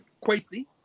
Quasi